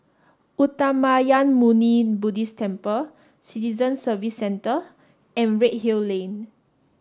Uttamayanmuni Buddhist Temple Citizen Service Centre and Redhill Lane